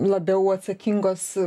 labiau atsakingos